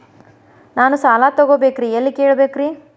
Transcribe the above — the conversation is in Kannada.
ನಾನು ಸಾಲ ತೊಗೋಬೇಕ್ರಿ ಎಲ್ಲ ಕೇಳಬೇಕ್ರಿ?